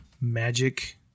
magic